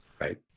Right